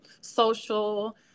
social